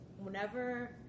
whenever